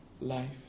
life